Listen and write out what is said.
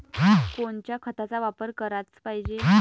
कोनच्या खताचा वापर कराच पायजे?